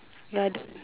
another